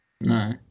No